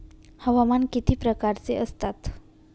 हवामान किती प्रकारचे असतात?